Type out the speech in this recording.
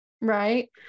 right